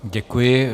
Děkuji.